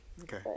okay